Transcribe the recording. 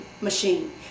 machine